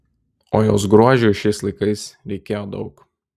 o jos grožiui šiais laikais reikėjo daug